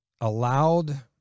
allowed